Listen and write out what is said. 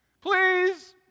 please